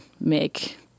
make